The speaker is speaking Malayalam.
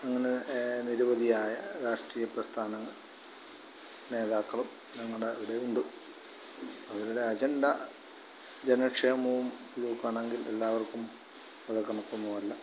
അങ്ങനെ നിരവധിയായ രാഷ്ട്രീയ പ്രസ്ഥാനങ്ങൾ നേതാക്കളും ഞങ്ങളുടെ ഇവിടെ ഉണ്ട് അവരുടെ അജണ്ട ജനക്ഷേമവും ഇതോക്കുവാണെങ്കിൽ എല്ലാവർക്കും അത് കണക്കൊന്നുമല്ല